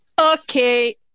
Okay